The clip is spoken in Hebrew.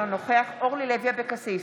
אינו נוכח אורלי לוי אבקסיס,